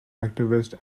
activist